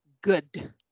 good